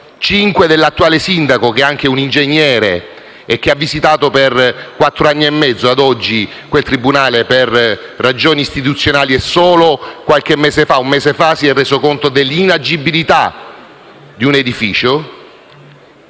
dell'attuale sindaco, che è anche un ingegnere e ha visitato per quattro anni e mezzo quel tribunale per ragioni istituzionali, ma che solo un mese fa si è reso conto dell'inagibilità di un edificio.